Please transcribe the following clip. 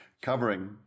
covering